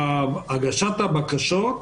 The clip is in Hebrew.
הגשת הבקשות,